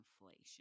inflation